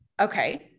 Okay